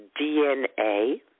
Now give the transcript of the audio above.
DNA